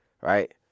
right